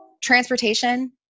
transportation